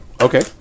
Okay